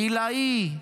עילאי,